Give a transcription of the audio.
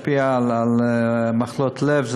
משפיע על מחלות לב,